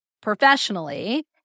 professionally